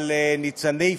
על ניצני פאשיזם.